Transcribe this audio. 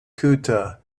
ceuta